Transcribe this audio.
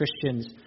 Christians